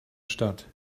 stadt